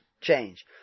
change